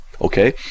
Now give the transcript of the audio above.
Okay